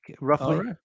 roughly